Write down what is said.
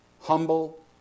humble